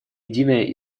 единая